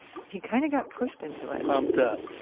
he kind of got pushed into it pumped up.